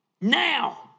now